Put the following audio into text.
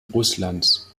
russlands